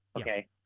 okay